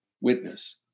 witness